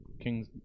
kings